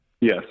Yes